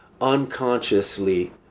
unconsciously